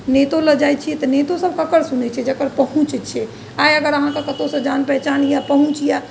नेतो लग जाइ छी तऽ नेतो सब ककर सुनै छै जकर पहुँच छै आइ अगर अहाँके कतहुसँ जान पहचान अइ पहुँच अइ